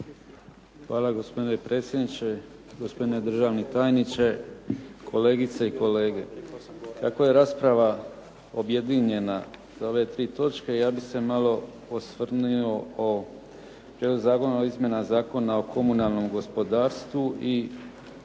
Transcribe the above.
Hvala gospodine predsjedniče, gospodine državni tajniče, kolegice i kolege. Kako je rasprava objedinjena za ove tri točke, ja bih se malo osvrnuo na Prijedlog zakona o izmjenama Zakona o komunalnom gospodarstvu i